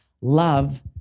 Love